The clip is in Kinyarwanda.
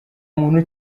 muntu